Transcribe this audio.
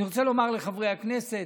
אני רוצה לומר לחברי הכנסת: